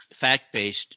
fact-based